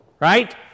Right